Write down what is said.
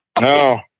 no